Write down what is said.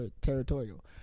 territorial